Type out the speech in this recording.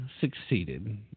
succeeded